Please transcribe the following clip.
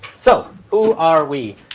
so who are we?